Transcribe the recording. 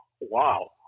wow